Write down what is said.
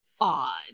odd